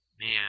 man